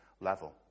level